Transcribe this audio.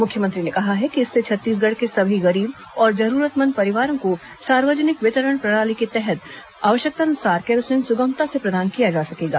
मुख्यमंत्री ने कहा है कि इससे छत्तीसगढ़ के सभी गरीब और जरूरतमंद परिवारों को सार्वजनिक वितरण प्रणाली के माध्यम से आवश्यकतानुसार केरोसिन सुगमता से प्रदान किया जा सकेगा